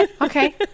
Okay